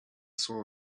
saw